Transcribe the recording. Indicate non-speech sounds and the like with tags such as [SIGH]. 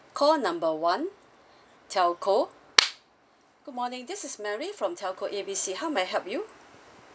call number one telco [NOISE] good morning this is mary from telco A B C how may I help you